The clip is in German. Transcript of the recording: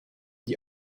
die